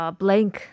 blank